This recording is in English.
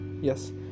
Yes